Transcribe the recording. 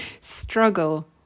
struggle